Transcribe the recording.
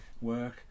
work